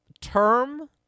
term